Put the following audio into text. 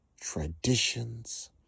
traditions